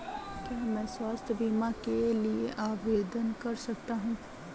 क्या मैं स्वास्थ्य बीमा के लिए आवेदन कर सकता हूँ?